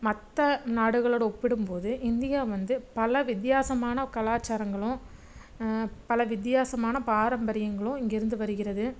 மற்ற நாடுகளோடு ஒப்பிடும்போது இந்தியா வந்து பல வித்தியாசமான கலாச்சாரங்களும் பல வித்தியாசமான பாரம்பரியங்களும் இங்கேருந்து வருகிறது